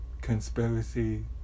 conspiracy